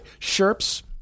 Sherps